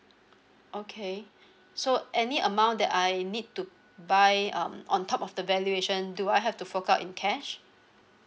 okay so any amount that I need to buy um on top of the valuation do I have to out in cash